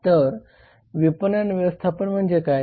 तर विपणन व्यवस्थापन म्हणजे काय